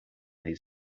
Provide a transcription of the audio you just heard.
his